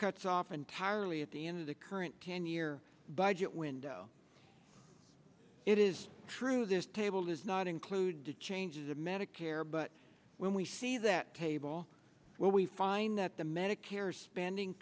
cuts off entirely at the end of the current ten year budget window it is true this table does not include the changes of medicare but when we see that table where we find that the medicare spending